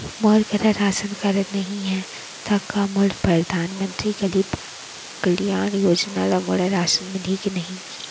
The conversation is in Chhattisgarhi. मोर करा राशन कारड नहीं है त का मोल परधानमंतरी गरीब कल्याण योजना ल मोला राशन मिलही कि नहीं?